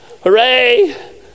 Hooray